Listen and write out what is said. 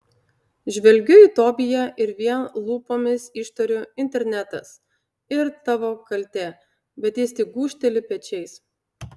žvelgiu į tobiją ir vien lūpomis ištariu internetas ir tavo kaltė bet jis tik gūžteli pečiais